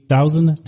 Thousand